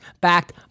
backed